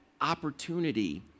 opportunity